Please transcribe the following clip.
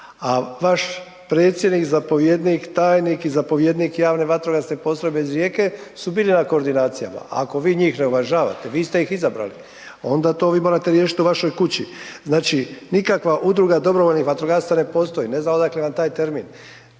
a vaš predsjednik, zapovjednik, tajnik i zapovjednik JVP iz Rijeke su bili u koordinacijama, ako vi njih ne uvažavate, vi ste ih izabrali onda to vi morate riješit u vašoj kući. Znači, nikakva udruga dobrovoljnih vatrogasaca ne postoji, ne znam odakle vam taj termin,